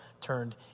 turned